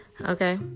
Okay